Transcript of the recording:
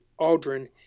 Aldrin